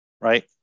right